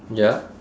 ya